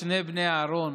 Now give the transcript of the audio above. שני בני אהרן,